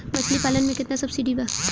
मछली पालन मे केतना सबसिडी बा?